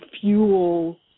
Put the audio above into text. fuel